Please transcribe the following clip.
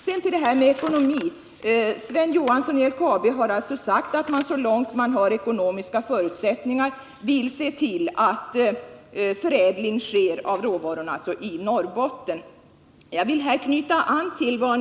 Sedan till detta med ekonomin. Sven Johansson i LKAB har sagt att man så långt som man har ekonomiska förutsättningar vill se till att förädling av råvarorna sker i Norrbotten.